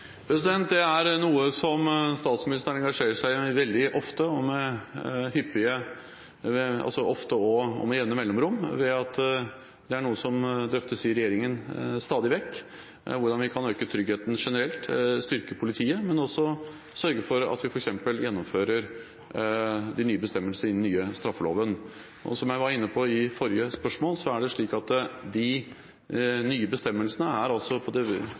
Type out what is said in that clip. Det er noe som statsministeren engasjerer seg i veldig ofte og med jevne mellomrom, ved at det stadig vekk drøftes i regjeringen hvordan vi kan øke tryggheten generelt, styrke politiet, og også sørge for at vi f.eks. gjennomfører de nye bestemmelsene i den nye straffeloven. Som jeg var inne på i forrige spørsmål, er det slik at de nye bestemmelsene i det vesentlige er gjennomført i den gamle straffeloven. Det